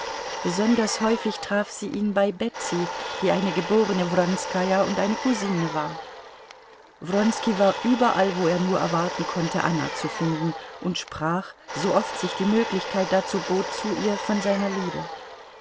besonders häufig traf sie ihn bei betsy die eine geborene wronskaja und seine cousine war wronski war überall wo er nur erwarten konnte anna zu finden und sprach sooft sich die möglichkeit dazu bot zu ihr von seiner liebe